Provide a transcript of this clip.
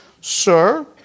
sir